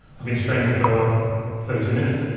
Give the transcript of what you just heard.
i've been streaming for thirty two minutes,